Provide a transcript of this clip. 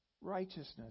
Righteousness